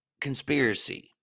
conspiracy